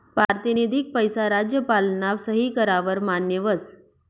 पारतिनिधिक पैसा राज्यपालना सही कराव वर मान्य व्हस